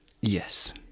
Yes